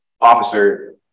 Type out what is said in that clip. officer